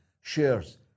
shares